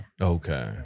Okay